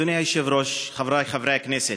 אדוני היושב-ראש, חברי חברי הכנסת,